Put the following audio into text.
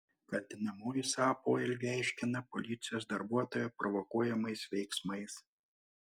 kaltinamoji savo poelgį aiškina policijos darbuotojo provokuojamais veiksmais